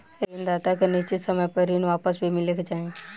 ऋण दाता के निश्चित समय पर ऋण वापस भी मिले के चाही